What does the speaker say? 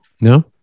No